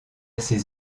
ses